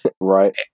Right